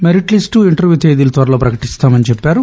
merit list ఇంటర్ప్నా తేదీలు త్వరలో ప్రకటిస్తామని చెప్పారు